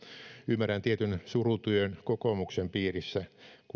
ymmärrän tietyn surutyön kokoomuksen piirissä kun yhteiskunnassa on sellaistakin harhaluuloa että kokoomus olisi